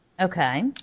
Okay